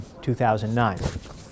2009